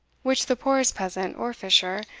which the poorest peasant, or fisher,